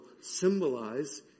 symbolize